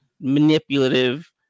manipulative